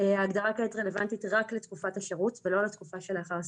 ההגדרה כעת רלוונטית רק לתקופת השירות ולא לתקופה שלאחר סיומה.